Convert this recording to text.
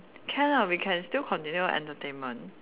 can ah we can still continue entertainment